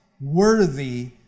Worthy